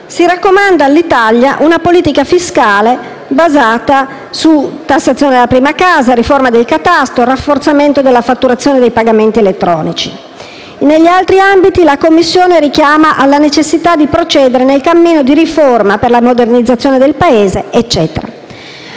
si raccomanda all'Italia una politica fiscale basata sulla revisione della tassazione sulla prima casa, sulla riforma del catasto e sul rafforzamento della fatturazione e dei pagamenti elettronici. Negli altri ambiti, la Commissione richiama alla necessità di procedere nel cammino di riforma per la modernizzazione del Paese.